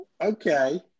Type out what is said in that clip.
Okay